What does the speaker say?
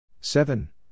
Seven